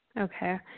Okay